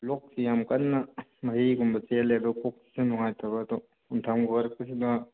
ꯂꯣꯛꯁꯦ ꯌꯥꯝꯅ ꯀꯟꯅ ꯃꯍꯤꯒꯨꯝꯕ ꯆꯦꯜꯂꯦ ꯑꯗꯣ ꯀꯣꯛꯁꯤꯁꯨ ꯅꯨꯡꯉꯥꯏꯇꯕ ꯑꯗꯣ ꯎꯟꯊꯝꯒ ꯑꯣꯏꯔꯛꯄꯁꯤꯗ